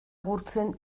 gurtzen